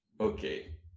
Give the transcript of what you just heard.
Okay